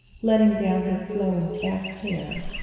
letting down her flowing back hair.